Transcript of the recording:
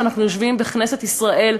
כשאנחנו יושבים בכנסת ישראל,